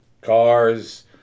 cars